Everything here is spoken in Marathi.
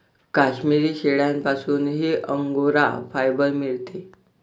काश्मिरी शेळ्यांपासूनही अंगोरा फायबर मिळते